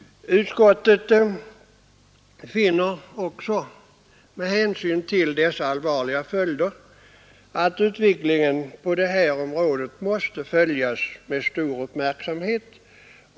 Med hänsyn till dessa allvarliga följder finner utskottet att utvecklingen på detta område måste följas med stor uppmärksamhet.